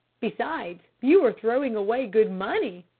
besides, you are throwing away good money?